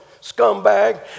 scumbag